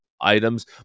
items